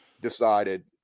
decided